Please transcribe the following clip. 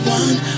one